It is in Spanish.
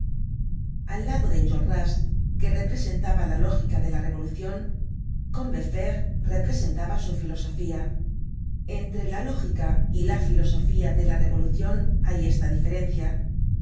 al lado de enjolras que representaba la lógica de la revolucion combeferre representaba su filosofía entre la lógica y la filosofía de la revolucion hay esta diferencia